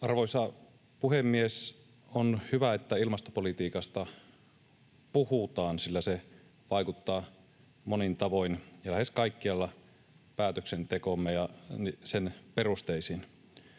Arvoisa puhemies! On hyvä, että ilmastopolitiikasta puhutaan, sillä se vaikuttaa monin tavoin ja lähes kaikkialla päätöksentekoomme ja sen perusteisiin.